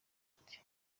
ati